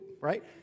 right